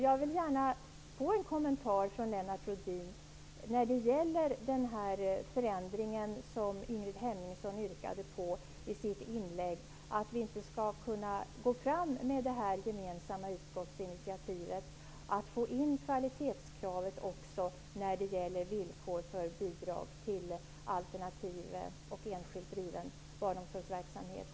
Jag vill gärna ha en kommentar från Lennart Rohdin beträffande den förändring som Ingrid Hemmingsson yrkade på i sitt inlägg, nämligen att vi inte skall kunna gå fram med det gemensamma utskottsinitiativet att få in kvalitetskravet även när det gäller villkor för bidrag till alternativt och enskilt driven barnomsorgsverksamhet.